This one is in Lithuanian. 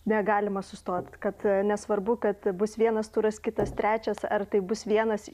negalima sustot kad nesvarbu kad bus vienas turas kitas trečias ar tai bus vienas